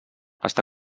està